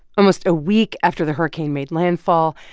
almost a week after the hurricane made landfall,